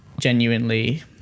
genuinely